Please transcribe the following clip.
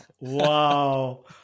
Wow